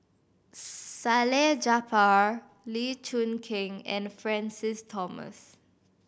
Salleh Japar Lee Choon Kee and Francis Thomas